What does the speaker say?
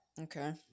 Okay